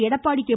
Edappadi K